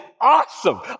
awesome